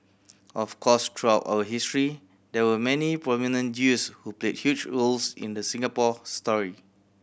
of course through our history there were many prominent Jews who played huge roles in the Singapore story